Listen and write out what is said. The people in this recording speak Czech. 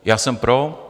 Já jsem pro.